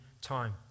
time